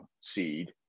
seed